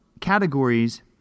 categories